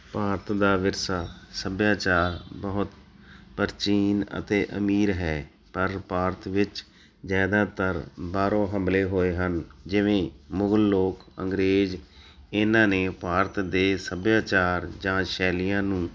ਭਾਰਤ ਦਾ ਵਿਰਸਾ ਸੱਭਿਆਚਾਰ ਬਹੁਤ ਪ੍ਰਾਚੀਨ ਅਤੇ ਅਮੀਰ ਹੈ ਪਰ ਭਾਰਤ ਵਿੱਚ ਜ਼ਿਆਦਾਤਰ ਬਾਹਰੋਂ ਹਮਲੇ ਹੋਏ ਹਨ ਜਿਵੇਂ ਮੁਗਲ ਲੋਕ ਅੰਗਰੇਜ਼ ਇਹਨਾਂ ਨੇ ਭਾਰਤ ਦੇ ਸਭਿਆਚਾਰ ਜਾਂ ਸ਼ੈਲੀਆਂ ਨੂੰ